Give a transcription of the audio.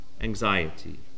anxiety